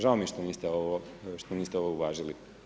Žao mi je što niste ovo uvažili.